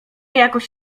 jakoś